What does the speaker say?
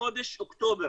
בחודש אוקטובר,